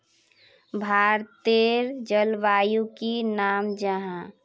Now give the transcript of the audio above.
भारतेर जलवायुर की नाम जाहा?